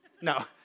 No